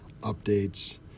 updates